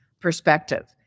perspective